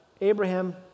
Abraham